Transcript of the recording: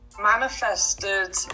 manifested